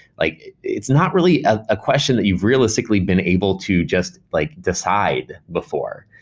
like it's not really a question that you've realistically been able to just like decide before.